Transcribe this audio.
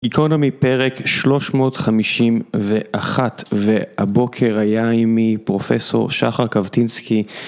עיקרון מהפרק שלוש מאות חמישים ואחת והבוקר היה עמי פרופסור שחר קבטינסקי